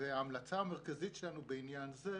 ההמלצה המרכזית שלנו בעניין זה.